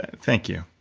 thank you.